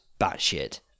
batshit